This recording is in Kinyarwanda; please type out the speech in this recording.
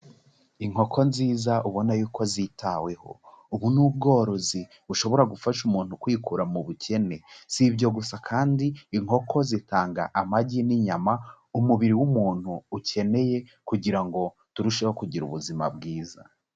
Inkoko nziza ubona y'uko zitaweho, ubu ni ubworozi bushobora gufasha umuntu kwikura mu bukene, si ibyo gusa kandi inkoko zitanga amagi n'inyama umubiri w'umuntu ukeneye kugira ngo turusheho kugira ubuzima bwiza.